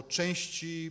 części